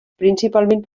principalment